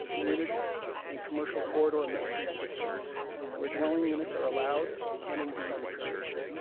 community and commercial corridor and mixed use districts where dwelling units are allowed and indeed encouraged.